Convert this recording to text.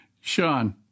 Sean